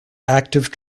active